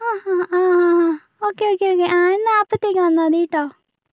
ആ ആ ആ ആ ആ ഓക്കെ ഓക്കെ ഓക്കെ ആ എന്നാൽ അപ്പോഴത്തേക്ക് വന്നാൽ മതി കേട്ടോ